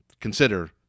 consider